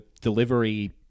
delivery